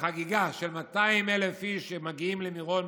החגיגה של 200,000 איש שמגיעים למירון